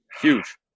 Huge